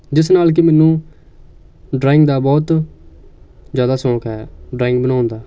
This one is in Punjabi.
ਜਿਸ ਨਾਲ ਕਿ ਮੈਨੂੰ ਡਰਾਇੰਗ ਦਾ ਬਹੁਤ ਜ਼ਿਆਦਾ ਸੌਂਕ ਹੈ ਡਰਾਇੰਗ ਬਣਾਉਣ ਦਾ